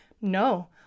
No